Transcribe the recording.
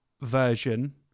version